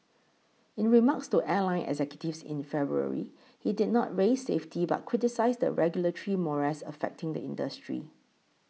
in remarks to airline executives in February he did not raise safety but criticised the regulatory morass affecting the industry